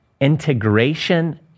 integration